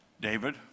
David